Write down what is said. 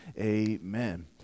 amen